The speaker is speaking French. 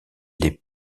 les